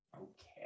okay